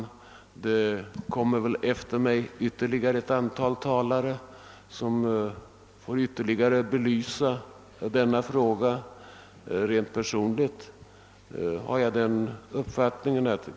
Det kommer väl efter mig ytterligare ett antal talare som kommer att belysa frågan mer ingående.